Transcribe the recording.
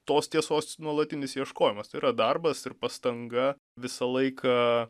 tos tiesos nuolatinis ieškojimas tai yra darbas ir pastanga visą laiką